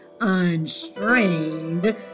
unstrained